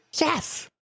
Yes